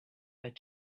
that